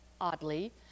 oddly